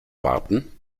warten